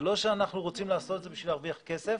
זה לא שאנחנו רוצים לעשות את זה כדי להרוויח כסף.